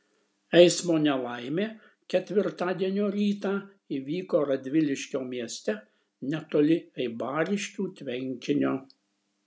eismo nelaimė ketvirtadienio rytą įvyko radviliškio mieste netoli eibariškių tvenkinio